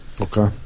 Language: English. Okay